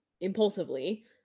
impulsively